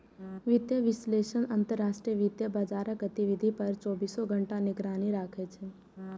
वित्तीय विश्लेषक अंतरराष्ट्रीय वित्तीय बाजारक गतिविधि पर चौबीसों घंटा निगरानी राखै छै